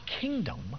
kingdom